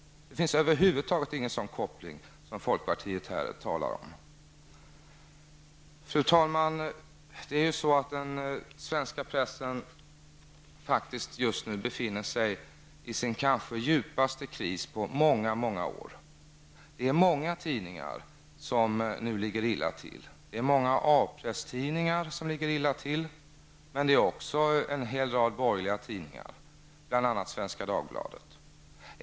Det finns över huvud taget ingen sådan koppling som folkpartiet här talar om. Fru talman! Den svenska pressen befinner sig nu i sin kanske djupaste kris på många år. Det är många tidningar ligger nu illa till. Det gäller många A presstidningar men även en hel rad borgliga tidningar, bl.a. Svenska Dagbladet.